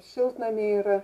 šiltnamiai yra